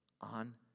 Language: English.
on